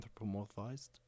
anthropomorphized